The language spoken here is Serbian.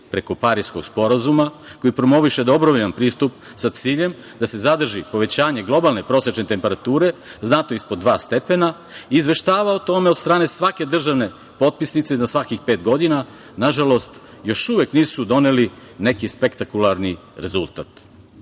preko Pariskog sporazuma koji promoviše dobrovoljan pristup sa ciljem da se zadrži povećanje globalne prosečne temperature znatno ispod 2 stepena, izveštava o tome od strane od svake državne potpisnice za svakih pet godina. Na žalost još uvek nisu doneli neki spektakularni rezultat. Uticaj